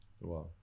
Wow